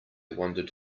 wondered